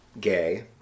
gay